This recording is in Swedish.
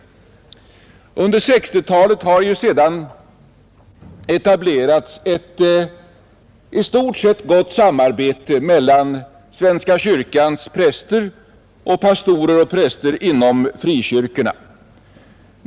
Under 1960-talet har ju sedan etablerats ett i stort sett gott samarbete mellan svenska kyrkans präster samt pastorer och präster inom frikyrkorna.